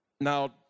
Now